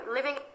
Living